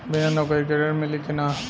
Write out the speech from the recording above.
बिना नौकरी के ऋण मिली कि ना?